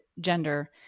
gender